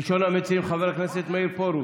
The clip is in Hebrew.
ראשון המציעים, חבר הכנסת מאיר פרוש,